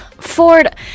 Ford